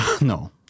No